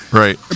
right